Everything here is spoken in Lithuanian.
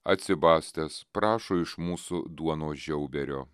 atsibastęs prašo iš mūsų duonos žiauberio